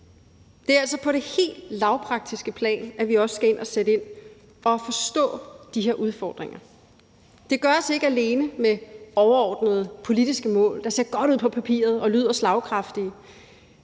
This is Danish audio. Det er altså på det helt lavpraktiske plan, vi også skal sætte ind for at forstå de her udfordringer. Det gøres ikke alene med overordnede politiske mål, der ser godt ud på papiret og lyder slagkraftige.